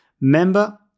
member